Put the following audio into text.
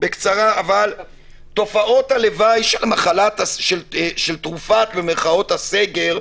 תופעת הלוואי של "תרופת" הסגר,